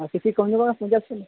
ᱠᱤᱪᱷᱤ ᱠᱚᱢ ᱧᱚᱜᱚᱜ ᱵᱤᱱ ᱥᱮᱱ